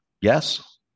yes